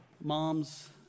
moms